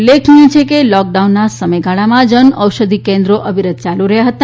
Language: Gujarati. ઉલ્લેખનીય છે કે લોકડાઉનના સમયગાળામાં જન ઓષધિ કેન્દ્રો અવિરત યાલુ રહયાં હતા